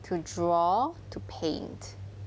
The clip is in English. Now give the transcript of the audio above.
to draw to paint